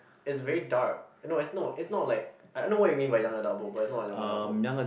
it's very dark no it's not it's not like I know what you mean by young adult book but it's not a young adult book